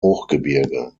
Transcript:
hochgebirge